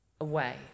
away